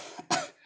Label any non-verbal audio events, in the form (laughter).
(coughs)